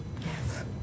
Yes